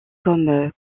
comme